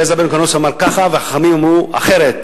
ורבי אלעזר בן הורקנוס אמר ככה והחכמים אמרו אחרת.